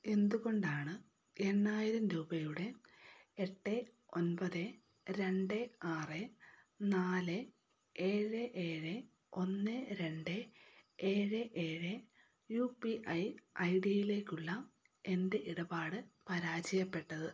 എന്തുകൊണ്ടാണ് എണ്ണായിരം രൂപയുടെ എട്ട് ഒൻപത് രണ്ട് ആറ് നാല് ഏഴ് ഏഴ് ഒന്ന് രണ്ട് ഏഴ് ഏഴ് യു പി ഐ ഐഡിയിലേക്കുള്ള എൻ്റെ ഇടപാട് പരാജയപ്പെട്ടത്